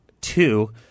Two